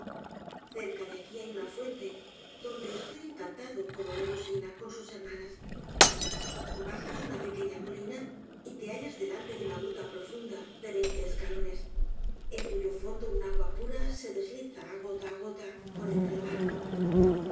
cerca de aqui hay una fuente donde estoy encantado como melusina con sus hermanas bajas una pequeña colina y te hallas delante de una gruta profunda de veinte escalones en cuyo fondo una agua pura se desliza gota á gota por entre el mármol